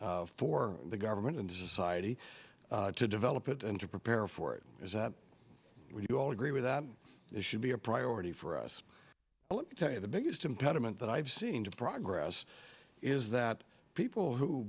for the government and society to develop it and to prepare for it is that what you all agree with that is would be a priority for us let me tell you the biggest impediment that i have seen to progress is that people who